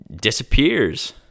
disappears